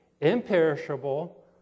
imperishable